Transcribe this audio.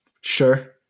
Sure